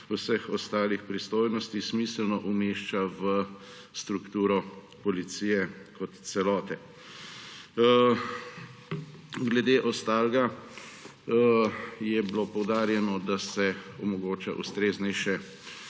vseh ostalih pristojnosti smiselno umešča v strukturo policije kot celote. Glede ostalega je bilo poudarjeno, da se omogoča ustreznejša